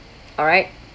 alright